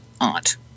Aunt